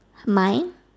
my